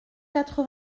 quatre